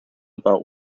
about